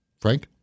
Frank